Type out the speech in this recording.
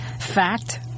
fact